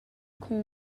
call